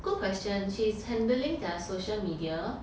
good question she's handling their social media